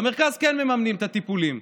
במרכז כן מממנים את הטיפולים,